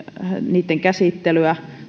niitten käsittelyä